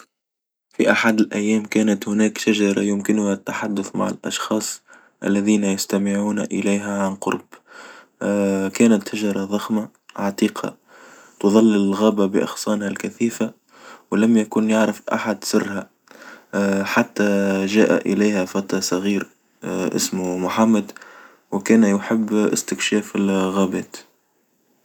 في أحد الأيام كانت هناك شجرة يمكنها التحدث مع الأشخاص الذين يستمعون إليها عن قرب كانت شجرة ضخمة عتيقة تظلل الغابة بأغصانها الكثيفة، ولم يكن يعرف أحد سرها، حتى جاء إليها فتى صغير اسمه محمد، وكان يحب استكشاف الغابات.